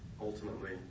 ultimately